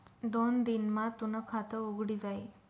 दोन दिन मा तूनं खातं उघडी जाई